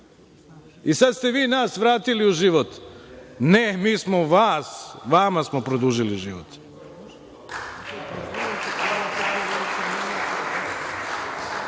i sada ste vi nas vratili u život. Ne, mi smo vama produžili život. Mi